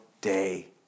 day